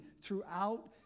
throughout